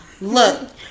Look